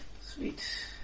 sweet